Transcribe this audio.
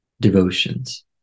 devotions